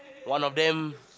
one of them